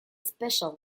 special